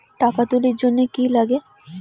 টাকা তুলির জন্যে কি লাগে?